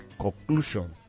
conclusion